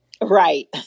Right